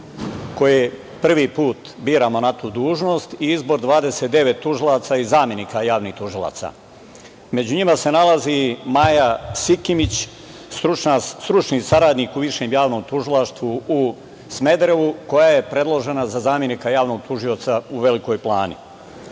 koje prvi put biramo na tu dužnost i izbor 29 tužalaca i zamenika javnih tužilaca. Među njima se nalazi Maja Sikimić, stručni saradnik u Višem javnom tužilaštvu u Smederevu, koja je predložena za zamenika javnog tužioca u Velikoj Plani. Kada